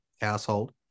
household